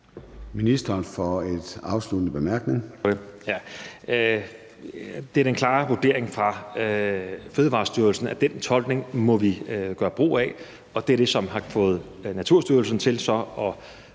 ministeren for en afsluttende bemærkning.